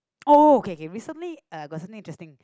oh okay okay recently uh got something interesting